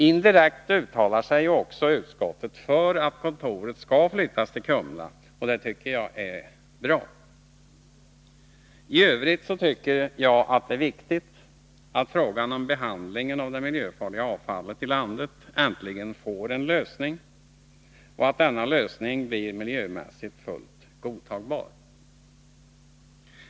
Indirekt uttalar sig också utskottet för att kontoret skall flyttas till Kumla, och det tycker jag är bra. I övrigt tycker jag att det är viktigt att frågan om behandlingen av det miljöfarliga avfallet i landet äntligen får en lösning och att denna lösning blir miljömässigt fullt godtagbar.